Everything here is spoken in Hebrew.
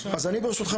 וכולי.